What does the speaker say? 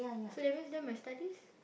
so that means then my studies